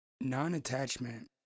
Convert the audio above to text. Non-attachment